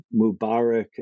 mubarak